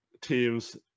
teams